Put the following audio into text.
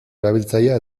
erabiltzailea